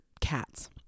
cats